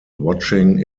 watching